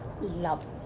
love